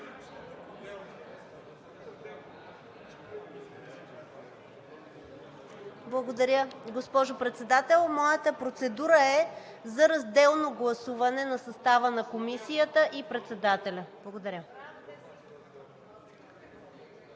Благодаря. Госпожо Председател, моята процедура е за разделно гласуване на състава на комисията и на председателя. Благодаря.